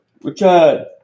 Richard